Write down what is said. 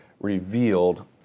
revealed